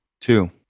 Two